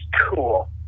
cool